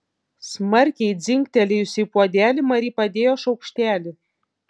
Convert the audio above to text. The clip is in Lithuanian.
smarkiai dzingtelėjusi į puodelį mari padėjo šaukštelį